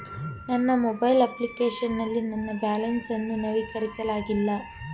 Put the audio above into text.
ನನ್ನ mobile application ನಲ್ಲಿ ನನ್ನ ಬ್ಯಾಲೆನ್ಸ್ ಅನ್ನು ನವೀಕರಿಸಲಾಗಿಲ್ಲ